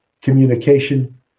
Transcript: communication